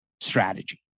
strategy